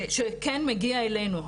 שכן מגיע אלינו.